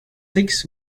six